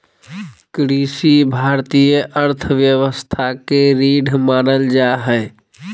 कृषि भारतीय अर्थव्यवस्था के रीढ़ मानल जा हइ